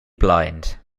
blind